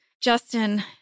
Justin